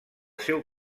seu